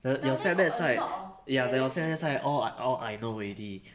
your your stepdad side ya your stepdad side all I all I know already